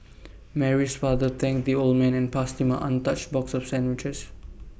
Mary's father thanked the old man and passed him an untouched box of sandwiches